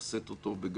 נלמד אותו,